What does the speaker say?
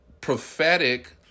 prophetic